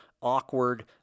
awkward